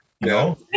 No